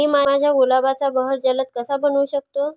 मी माझ्या गुलाबाचा बहर जलद कसा बनवू शकतो?